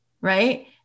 Right